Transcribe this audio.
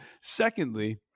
Secondly